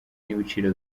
n’ibiciro